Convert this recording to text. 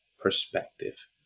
perspective